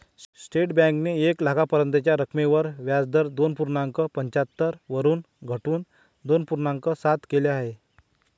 state बँकेने एक लाखापर्यंतच्या रकमेवर व्याजदर दोन पूर्णांक पंच्याहत्तर वरून घटवून दोन पूर्णांक सात केल आहे